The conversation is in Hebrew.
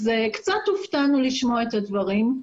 קצת הופתעתי לשמוע את הדברים.